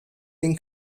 den